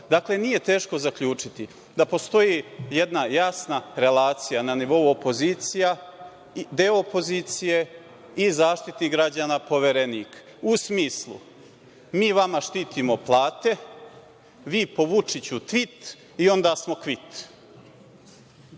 situacija. Nije teško zaključiti da postoji jedna jasna relacija na nivou opozicija, deo opozicije i Zaštitnik građana, poverenika, u smislu mi vama štitimo plate, vi po Vučiću tvit i onda smo kvit.